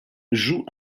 jouent